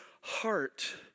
heart